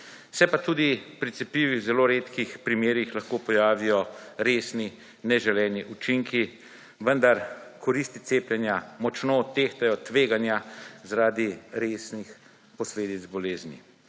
Se pa tudi pri cepivih v zelo redkih primerih lahko pojavijo resni neželeni učinki, vendar koristi cepljenja močno odtehtajo tveganja zaradi resnih posledic bolezni.